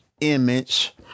image